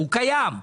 הוא קיים.